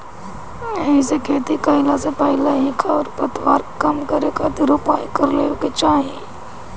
एहिसे खेती कईला से पहिले ही खरपतवार कम करे खातिर उपाय कर लेवे के चाही